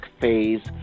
phase